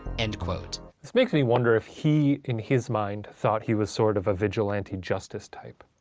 and this makes me wonder if he in his mind thought he was sort of a vigilante justice type.